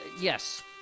yes